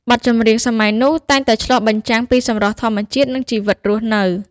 បទចម្រៀងសម័យនោះតែងតែឆ្លុះបញ្ចាំងពីសម្រស់ធម្មជាតិ និងជីវភាពរស់នៅ។